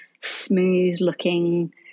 smooth-looking